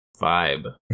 Vibe